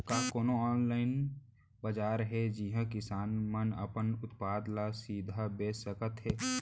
का कोनो अनलाइन बाजार हे जिहा किसान मन अपन उत्पाद ला सीधा बेच सकत हे?